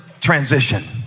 transition